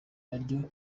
naryo